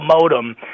Modem